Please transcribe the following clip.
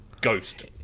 ghost